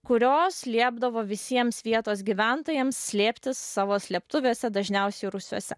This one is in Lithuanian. kurios liepdavo visiems vietos gyventojams slėptis savo slėptuvėse dažniausiai rūsiuose